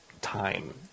time